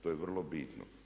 To je vrlo bitno.